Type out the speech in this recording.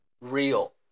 real